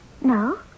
No